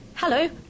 Hello